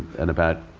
and about